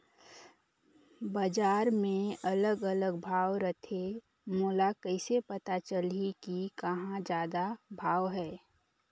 बजार मे अलग अलग भाव रथे, मोला कइसे पता चलही कि कहां जादा भाव हे?